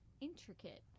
intricate